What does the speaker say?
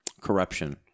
corruption